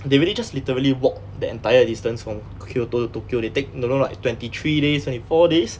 they really just literally walked the entire distance from kyoto to tokyo they take don't know like twenty three days twenty four days